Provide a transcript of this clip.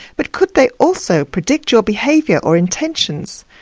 but could they also predict your behaviour or intentions,